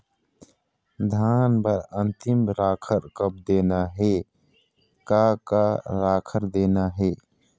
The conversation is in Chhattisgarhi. धान बर अन्तिम राखर कब देना हे, का का राखर देना हे?